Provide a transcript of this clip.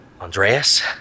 Andreas